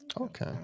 Okay